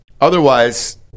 Otherwise